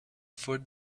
for